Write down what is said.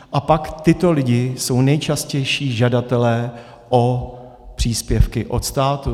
A pak tito lidé jsou nejčastější žadatelé o příspěvky od státu.